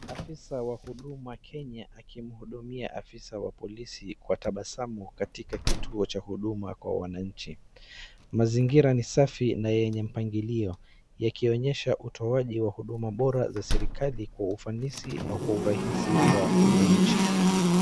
Afisa wa huduma Kenya akimhudumia afisa wa polisi kwa tabasamu katika kituo cha huduma kwa wananchi. Mazingira ni safi na yenye mpangilio yakionyesha utoaji wa huduma bora za serikali kwa ufanisi na kwa urahisi wa wananchi.